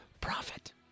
Profit